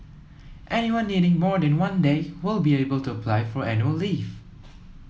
anyone needing more than one day will be able to apply for annual leave